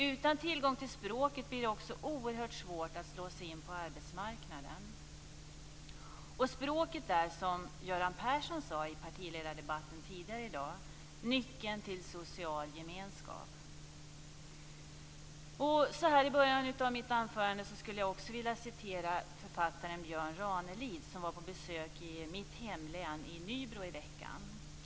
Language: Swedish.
Utan tillgång till språket blir det också oerhört svårt att slå sig in på arbetsmarknaden. Och språket är, som Göran Persson sade i partiledardebatten tidigare i dag, "nyckeln till social gemenskap". Så här i början av mitt anförande skulle jag också vilja citera författaren Björn Ranelid, som var på besök i Nybro i mitt hemlän i veckan.